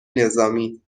نظامی